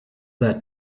that